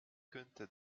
könnte